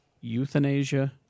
euthanasia